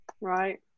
right